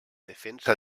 defensa